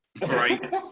right